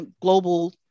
global